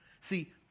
See